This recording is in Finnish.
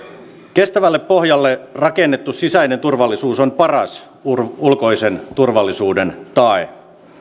kestävälle pohjalle rakennettu sisäinen turvallisuus on paras ulkoisen turvallisuuden tae